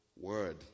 word